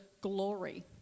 glory